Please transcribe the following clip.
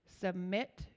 submit